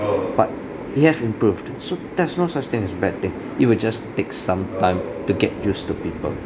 but it have improved so there's no such thing as bad thing it will just takes some time to get used to people